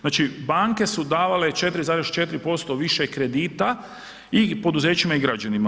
Znači banke su davale 4,4% više kredita i poduzećima i građanima.